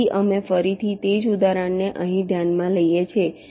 તેથી અમે ફરીથી તે જ ઉદાહરણ ને અહીં ધ્યાનમાં લઈએ છીએ